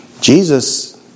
Jesus